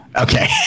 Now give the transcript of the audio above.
okay